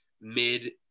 mid